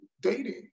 dating